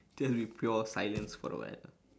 just be pure silence for a while